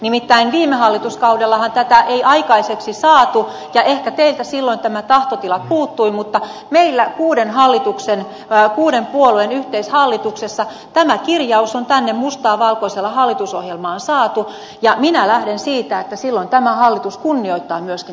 nimittäin viime hallituskaudellahan tätä ei aikaiseksi saatu ja ehkä teiltä silloin tämä tahtotila puuttui mutta meillä kuuden puolueen yhteishallituksessa tämä kirjaus on tänne mustaa valkoisella hallitusohjelmaan saatu ja minä lähden siitä että silloin tämä hallitus kunnioittaa myöskin